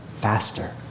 faster